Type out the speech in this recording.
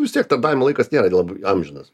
vis tiek tarnavimo laikas nėra amžinas